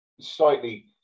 slightly